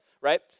right